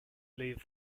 leave